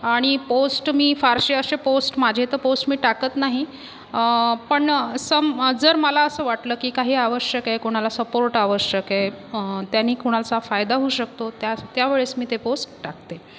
आणि पोस्ट मी फारसे असे पोस्ट माझे तर पोस्ट मी टाकत नाही पण सम जर मला असं वाटलं की काही आवश्यक आहे कोणाला सपोर्ट आवश्यक आहे त्यानी कुणाचा फायदा होऊ शकतो त्याच त्या वेळेस मी ते पोस टाकते